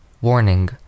Warning